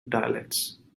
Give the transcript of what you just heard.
dialects